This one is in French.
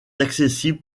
accessible